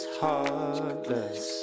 heartless